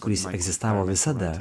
kuris egzistavo visada